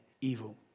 evil